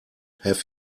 have